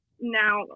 now